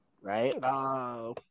Right